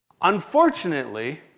Unfortunately